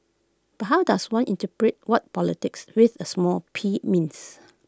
but how does one interpret what politics with A small P means